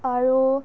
আৰু